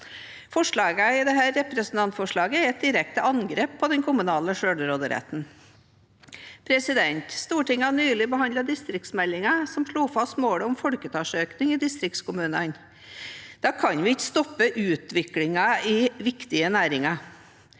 Forslagene i dette representantforslaget er et direkte angrep på den kommunale selvråderetten. Stortinget har nylig behandlet distriktsmeldingen, som slo fast målet om folketallsøkning i distriktskommunene. Da kan vi ikke stoppe utviklingen i viktige næringer.